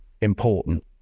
important